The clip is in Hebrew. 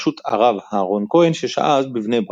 בראשות הרב אהרן כהן, ששהה אז בבני ברק.